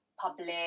public